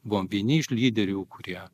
buvome vieni iš lyderių kurie